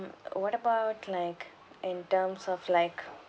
what about like in terms of like